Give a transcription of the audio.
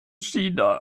china